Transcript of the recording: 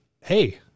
Hey